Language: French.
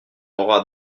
auras